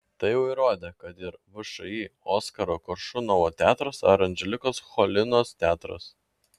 tai jau įrodė kad ir všį oskaro koršunovo teatras ar anželikos cholinos teatras